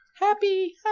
Happy